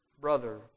brother